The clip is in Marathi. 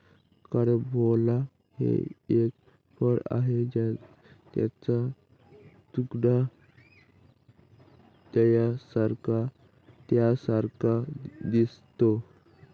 कारंबोला हे एक फळ आहे ज्याचा तुकडा ताऱ्यांसारखा दिसतो